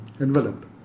envelope